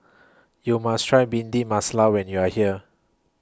YOU must Try Bhindi Masala when YOU Are here